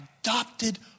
adopted